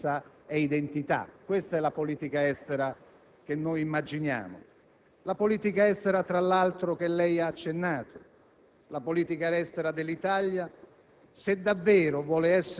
Pensiamo che la politica estera di un Paese rappresenti il luogo naturale, dove si saldano i valori condivisi della comunità nazionale,